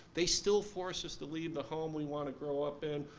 they still force us to leave the home we want to grow up in,